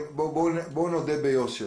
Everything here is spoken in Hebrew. נודה ביושר